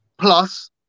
plus